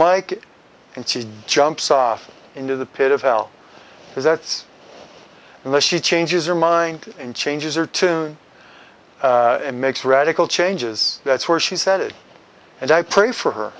mike and she jumps off into the pit of hell because that's all unless she changes her mind and changes or tune makes radical changes that's where she said it and i pray for her